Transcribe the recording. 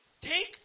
take